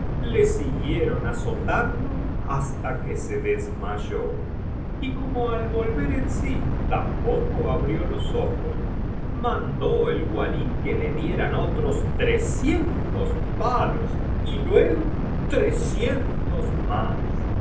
le siguieron azotando hasta que se desmayó y como al volver en sí tampoco abrió los ojos mandó el walí que le dieran otros trescientos palos y luego trescientos más